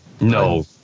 No